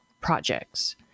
projects